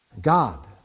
God